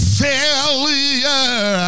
failure